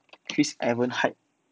chris evans height